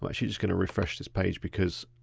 actually just gonna refresh this page because